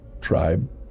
tribe